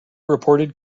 reported